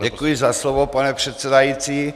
Děkuji za slovo, pane předsedající.